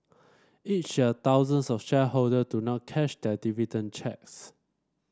each year thousands of shareholder do not cash their dividend cheques